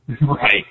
Right